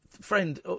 Friend